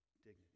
dignity